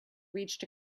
reached